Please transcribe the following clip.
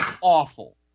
awful